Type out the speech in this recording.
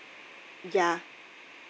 ya